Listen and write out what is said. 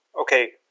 okay